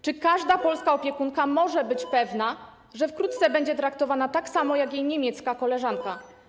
Czy każda polska opiekunka może być pewna, że wkrótce będzie traktowana tak samo jak jej niemiecka koleżanka?